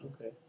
Okay